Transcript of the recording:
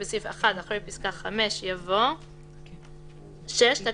ואחרי זה באים אלינו בטענות?